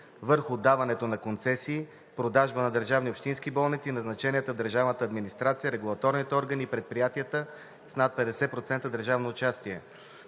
върху отдаването на концесии, продажбата на държавни и общински болници и назначенията в държавната администрация, регулаторните органи и предприятията с над 50% държавно участие,